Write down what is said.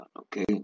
okay